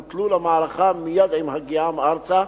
שהוטלו למערכה מייד עם הגיעם ארצה,